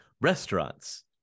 Restaurants